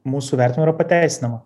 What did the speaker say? mūsų vertinimu yra pateisinama